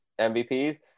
MVPs